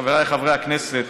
חבריי חברי הכנסת,